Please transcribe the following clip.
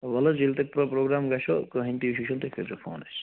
وَلہٕ حظ ییٚلہِ تۄہہِ کانٛہہ پرٛوگرام گژھٮ۪و کٔہٕنۍ تہِ اِشوٗ چھِنہٕ تُہۍ کٔرۍ زیٚو فون اَسہِ